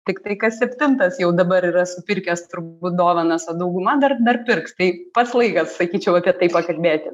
tiktai kas septintas jau dabar yra supirkęs turbūt dovanas o dauguma dar dar pirks tai pats laikas sakyčiau apie tai pakalbėti